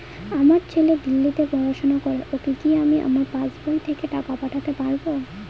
আমার ছেলে দিল্লীতে পড়াশোনা করে ওকে কি আমি আমার পাসবই থেকে টাকা পাঠাতে পারব?